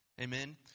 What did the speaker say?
Amen